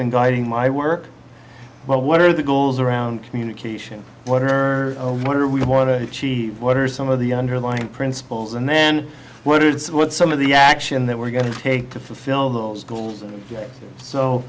been guiding my work well what are the goals around communication what are her what are we want to achieve what are some of the underlying principles and then what is what some of the action that we're going to take